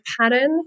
pattern